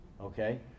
Okay